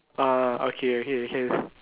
ah okay okay can